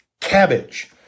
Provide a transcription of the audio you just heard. cabbage